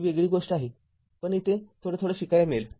ती वेगळी गोष्ट आहे पण इथे थोडं थोडं शिकायला मिळेल